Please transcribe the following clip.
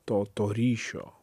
to to ryšio